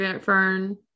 Fern